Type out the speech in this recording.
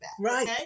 Right